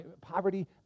poverty